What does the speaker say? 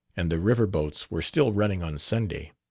and the river boats were still running on sunday.